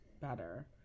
better